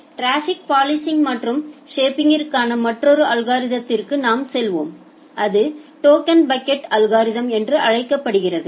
traffic policing மற்றும் ஷேபிங்ற்கான மற்றொரு அல்கோரிததுக்கு நாம் செல்வோம் அது டோக்கன் பக்கெட் அல்கோரிதம் என்று அழைக்கப்படுகிறது